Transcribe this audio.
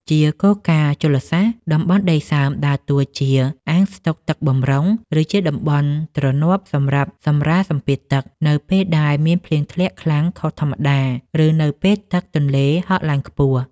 ជាគោលការណ៍ជលសាស្ត្រ តំបន់ដីសើមដើរតួជា អាងស្តុកទឹកបម្រុង ឬជាតំបន់ទ្រនាប់សម្រាប់សម្រាលសម្ពាធទឹក នៅពេលដែលមានភ្លៀងធ្លាក់ខ្លាំងខុសធម្មតា ឬនៅពេលទឹកទន្លេហក់ឡើងខ្ពស់។